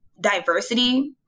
diversity